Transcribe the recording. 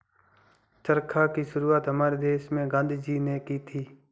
चरखा की शुरुआत हमारे देश में गांधी जी ने की थी